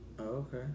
Okay